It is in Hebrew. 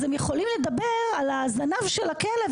אז הם יכולים לדבר על הזנב של הכלב,